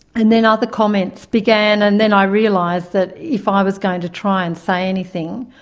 and then other comments began and then i realised that if ah i was going to try and say anything,